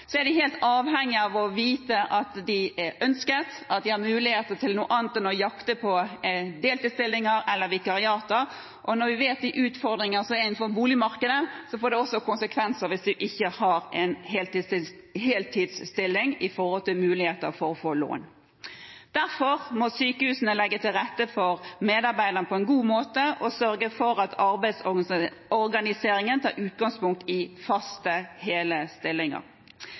er de helt avhengig av å vite at de er ønsket, og at de har muligheter til noe annet enn å jakte på deltidsstillinger eller vikariater. Og når vi vet hvilke utfordringer som er innenfor boligmarkedet og når det gjelder mulighetene for å få lån, får det konsekvenser ikke å ha en heltidsstilling. Derfor må sykehusene legge til rette for medarbeiderne på en god måte og sørge for at arbeidsorganiseringen tar utgangpunkt i faste, hele stillinger.